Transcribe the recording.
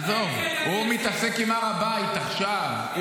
עזוב, הוא מתעסק עם הר הבית עכשיו.